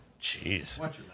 Jeez